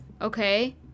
Okay